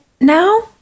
now